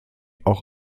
auch